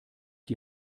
die